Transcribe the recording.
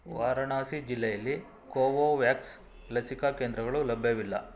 ವಾರಣಾಸಿ ಜಿಲ್ಲೆಯಲ್ಲಿ ಕೋವೋವ್ಯಾಕ್ಸ್ ಲಸಿಕಾ ಕೇಂದ್ರಗಳು ಲಭ್ಯವಿಲ್ಲ